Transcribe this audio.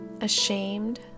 ashamed